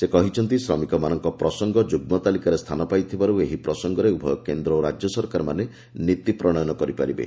ସେ କହିଛନ୍ତି ଶ୍ରମିକ ମାନଙ୍କ ପ୍ରସଙ୍ଗ ଯୁଗ୍ମ ତାଲିକାରେ ସ୍ଥାନ ପାଇଥିବାରୁ ଏହି ପ୍ରସଙ୍ଗରେ ଉଭୟ କେନ୍ଦ୍ର ସରକାର ଓ ରାଜ୍ୟ ସରକାର ମାନେ ନୀତି ପ୍ରଣୟନ କରିପାରିବେ